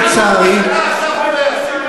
לצערי,